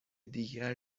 دیگر